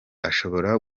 ashobora